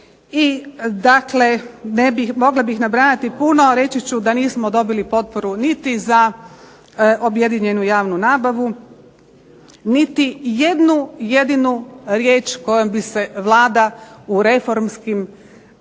u Đakovu. I mogla bih nabrajati puno. Reći ću da nismo dobili potporu niti za objedinjenu javnu nabavu, niti jednu jedinu riječ kojom bi se Vlada u reformskim